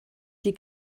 die